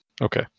Okay